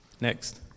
Next